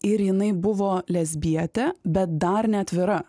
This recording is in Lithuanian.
ir jinai buvo lesbietė bet dar neatvira